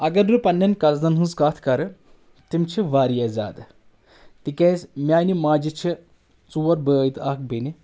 اگر بہٕ پننؠن قزٕنَن ہٕنٛز کتھ کرٕ تِم چھِ واریاہ زیادٕ تِکیٛازِ میانہِ ماجہِ چھِ ژور بٲے تہٕ اکھ بیٚنہِ